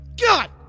God